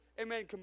amen